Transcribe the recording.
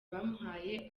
bamuhaye